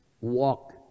walk